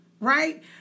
Right